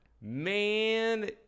man